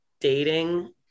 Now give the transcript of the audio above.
dating